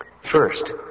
first